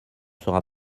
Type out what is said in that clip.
sera